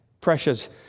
precious